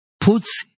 puts